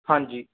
ਹਾਂਜੀ